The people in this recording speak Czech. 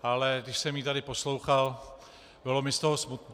Ale když jsem ji tady poslouchal, bylo mi z toho smutno.